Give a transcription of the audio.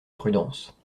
prudence